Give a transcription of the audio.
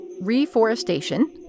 reforestation